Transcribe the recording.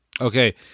Okay